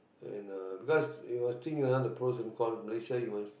and uh because you must think ah the pros and cons Malaysia you must